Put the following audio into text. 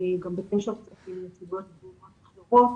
ואני גם בקשר עם נציגות ממדינות אחרות,